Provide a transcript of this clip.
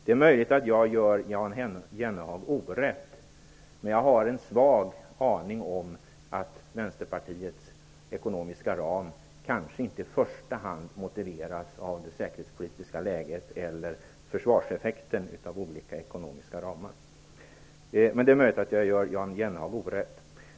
Det är möjligt att jag gör Jan Jennehag orätt, men jag har en svag aning om att Vänsterpartiets ekonomiska ram kanske inte i första hand motiveras av det säkerhetspolitiska läget eller försvarseffekten av olika ekonomiska ramar. Men det är möjligt att jag gör Jan Jennehag orätt.